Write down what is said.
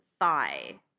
thigh